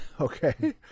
okay